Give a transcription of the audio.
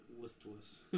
listless